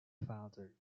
faltered